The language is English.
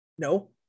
No